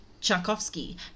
Tchaikovsky